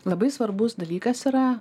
labai svarbus dalykas yra